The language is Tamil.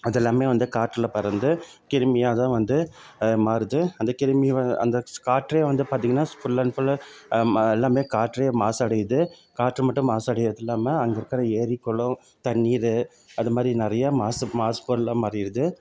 அதெல்லாமே வந்து காற்றில் பறந்து கிருமியாகதான் வந்து மாறுது அந்த கிருமி வ அந்த காற்றே வந்து பார்த்தீங்கன்னா ஃபுல் அண்ட் ஃபுல் ம எல்லாமே காற்றே மாசடையுது காற்று மட்டும் மாசடைகிறது இல்லாமல் அங்கே இருக்கிற ஏரி குளம் தண்ணீர் அந்தமாதிரி நிறையா மாசு மாசுப்பொருளாக மாறிடுது